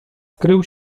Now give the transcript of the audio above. skrył